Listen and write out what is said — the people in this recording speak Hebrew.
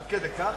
עד כדי כך?